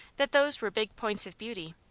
that those were big points of beauty.